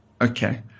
okay